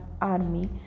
army